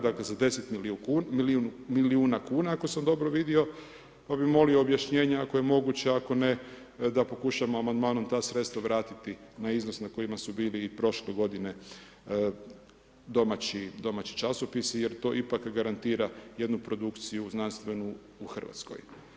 Dakle za 10 milijuna kn, ako sam dobro vidio, pa bi molio objašnjenja ako je moguće, ako ne, da pokušavamo amandmanom ta sredstva vratiti na iznos na kojima su bili i prošle g. domaći časopisi, jer to ipak garantira, jednu produkciju znanstvenu u Hrvatskoj.